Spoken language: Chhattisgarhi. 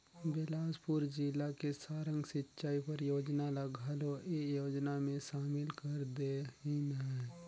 बेलासपुर जिला के सारंग सिंचई परियोजना ल घलो ए योजना मे सामिल कर देहिनह है